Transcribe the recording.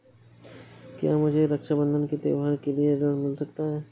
क्या मुझे रक्षाबंधन के त्योहार के लिए ऋण मिल सकता है?